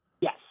Yes